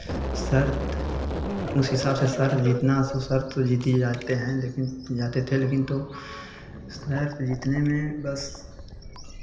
शर्त उस हिस्साब से सर् जितना सो शर्त तो जीते जाते हैं लेकिन जाते थे लेकिन तो शर्त जीतने में बस